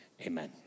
Amen